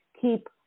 keep